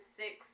six